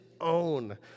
own